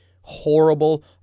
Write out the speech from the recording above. horrible